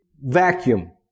vacuum